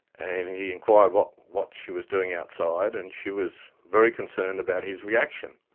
and he enquired what what she was doing outside and she was very concerned about his reaction.